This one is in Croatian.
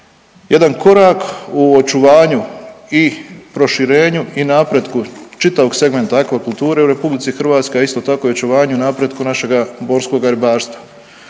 jedan korak u očuvanju i proširenju i napretku čitavog segmenta aquakulture u Republici Hrvatskoj, a isto tako i očuvanju, napretku našega morskoga ribarstva.